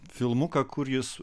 filmuką kur jis